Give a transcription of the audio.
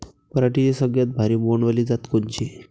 पराटीची सगळ्यात भारी बोंड वाली जात कोनची?